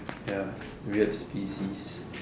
ya weird species